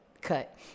Cut